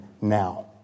now